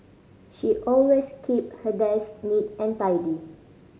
she always keep her desk neat and tidy